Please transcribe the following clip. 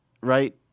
right